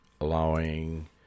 Allowing